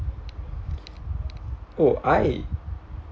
oh I